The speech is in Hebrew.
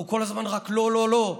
אנחנו כל הזמן רק לא, לא, לא.